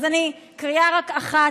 אז אני, רק קריאה אחת.